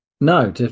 No